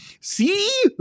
see